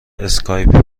اسکایپ